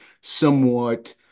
somewhat